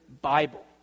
Bible